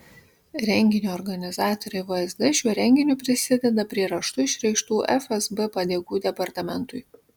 renginio organizatoriai vsd šiuo renginiu prisideda prie raštu išreikštų fsb padėkų departamentui